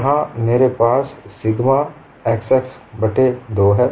यहाँ पर मेरे पास सिग्मा xx बट्टे 2 है